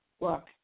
Look